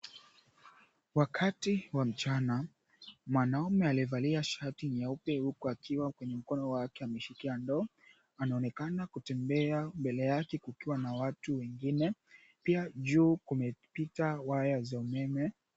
Wakati wa mchana, mwanaume aliyevalia shati nyeupe, huku akiwa kwenye mkono wake ameshikia ndoo, anaonekana kutembea mbele yake kukiwa na watu wengine. Pia juu kumepita waya za umeme.